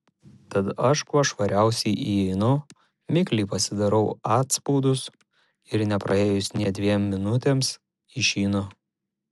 tada aš kuo švariausiai įeinu mikliai pasidarau atspaudus ir nepraėjus nė dviem minutėms išeinu